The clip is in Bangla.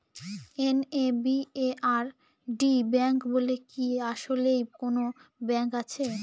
এন.এ.বি.এ.আর.ডি ব্যাংক বলে কি আসলেই কোনো ব্যাংক আছে?